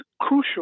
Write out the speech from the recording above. crucial